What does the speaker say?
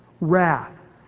wrath